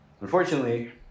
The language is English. Unfortunately